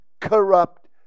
corrupt